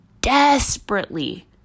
desperately